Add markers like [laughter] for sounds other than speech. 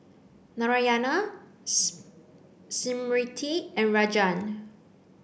Narayana [unintelligible] Smriti and Rajan